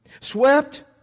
Swept